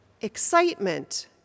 excitement